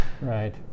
right